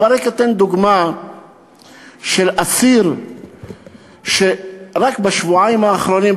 אבל רק אתן דוגמה של אסיר שרק בשבועיים האחרונים,